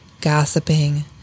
Gossiping